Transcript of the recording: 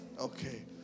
okay